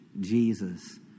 Jesus